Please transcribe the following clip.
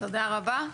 תודה רבה.